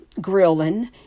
grilling